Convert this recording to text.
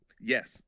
Yes